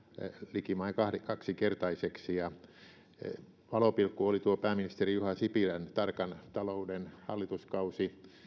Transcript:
likimain kaksinkertaiseksi valopilkku oli tuo pääministeri juha sipilän tarkan talouden hallituskausi